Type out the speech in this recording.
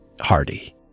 Hardy